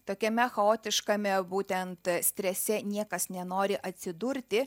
tokiame chaotiškame būtent strese niekas nenori atsidurti